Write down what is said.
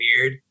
weird